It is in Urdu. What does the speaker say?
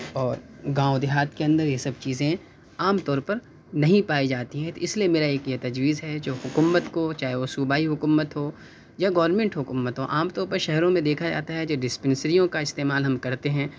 اور گاؤں دیہات کے اندر یہ سب چیزیں عام طور پر نہیں پائی جاتی ہیں تو اس لیے میرا یہ تجویز ہے جو حکومت کو چاہیے وہ صوبائی حکومت ہو یا گورنمنٹ حکومت ہو عام طور پر شہروں میں دیکھا جاتا ہے کہ ڈسپنسریوں کا استعمال ہم کرتے ہیں